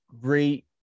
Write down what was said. great